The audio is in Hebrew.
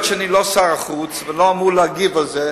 היות שאני לא שר החוץ ולא אמור להגיב על זה,